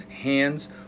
hands